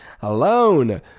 alone